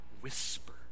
whisper